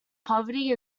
poverty